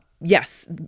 Yes